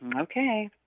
okay